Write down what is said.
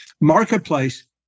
marketplace